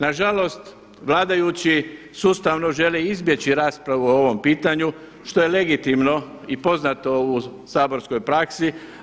Na žalost vladajući sustavno žele izbjeći raspravu o ovom pitanju što je legitimno i poznato u saborskoj praksi.